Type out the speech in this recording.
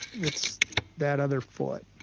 it's that other foot